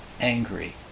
angry